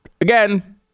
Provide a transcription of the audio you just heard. Again